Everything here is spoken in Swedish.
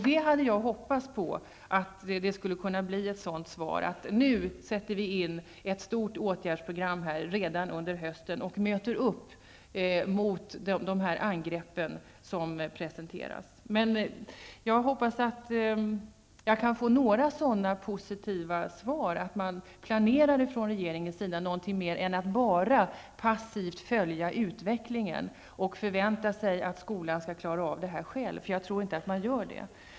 Jag hade hoppats att svaret skulle innehålla besked om att regeringen nu skulle sätta in ett stort åtgärdsprogam redan under hösten för att bemöta dessa angrepp som presenterats. Men jag hoppas att jag kan få några sådana positiva svar om att man från regeringen planerar något mer än att bara passivt följa utvecklingen och förvänta sig att skolan skall klara av detta själv. Jag tror inte att den gör det.